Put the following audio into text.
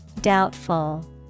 Doubtful